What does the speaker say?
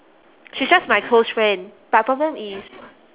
she's just my close friend but problem is